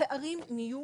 הפערים נהיו